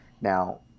Now